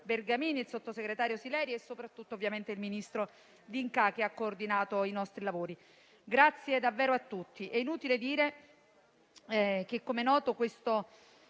Bergamini, il sottosegretario Sileri e soprattutto il ministro D'Incà, che ha coordinato i nostri lavori: grazie davvero a tutti. È inutile dire che abbiamo provato